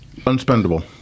unspendable